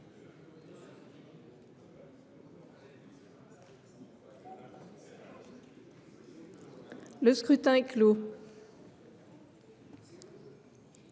Le scrutin est clos.